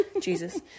Jesus